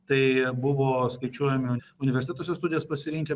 tai buvo skaičiuojami universitetuose studijas pasirinkę